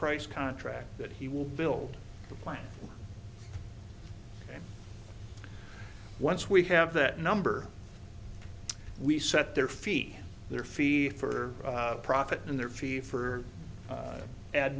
price contract that he will build the plan and once we have that number we set their fee their fee for profit and their fee for